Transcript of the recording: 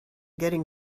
getting